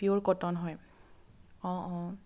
পিয়'ৰ cotton হয় অঁ অঁ